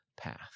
path